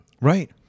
Right